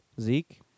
Zeke